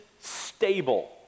stable